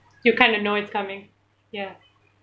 you kind of know it's coming ya